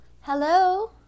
Hello